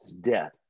death